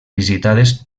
visitades